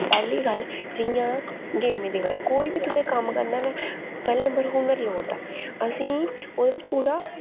पैह्ली गल्ल जि'यां गेमें दी गल्ल कोई बी तुसें कम्म करना होऐ पैह्ले नंबर हुनर लोड़दा असें ओह्दे बिच्च पूरा